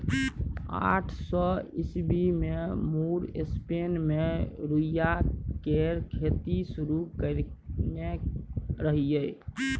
आठ सय ईस्बी मे मुर स्पेन मे रुइया केर खेती शुरु करेने रहय